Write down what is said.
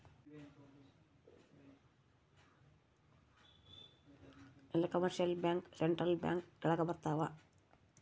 ಎಲ್ಲ commercial bank central bank ಕೆಳಗ ಬರತಾವ